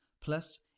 Plus